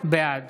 בעד